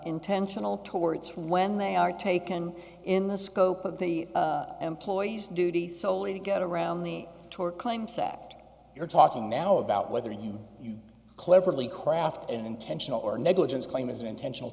intentional towards when they are taken in the scope of the employees duty solely to get around the tort claims act you're talking now about whether you know you cleverly craft an intentional or negligence claim is intentional